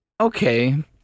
Okay